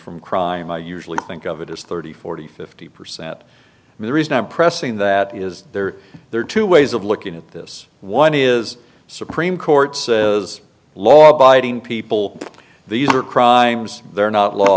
from crime i usually think of it as thirty forty fifty percent and the reason i'm pressing that is there are two ways of looking at this one is supreme court says law abiding people these are crimes they're not law